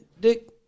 dick